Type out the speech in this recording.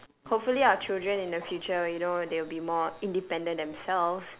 hopefully our children in the future you know they will be more independent themselves